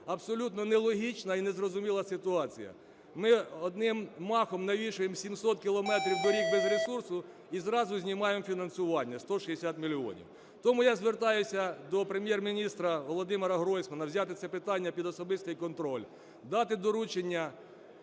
Абсолютно нелогічна і незрозуміла ситуація. Ми одним махом навішуємо 700 кілометрів доріг без ресурсу і зразу знімаємо фінансування в 160 мільйонів. Тому я звертаюся до Прем'єр-міністр Володимира Гройсмана взяти це питання під особистий контроль. Дати доручення